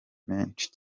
menshi